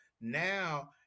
now